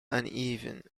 uneven